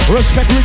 Respect